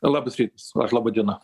labas rytas ar laba diena